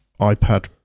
iPad